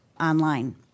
online